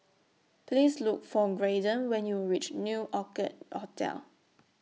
Please Look For Graydon when YOU REACH New Orchid Hotel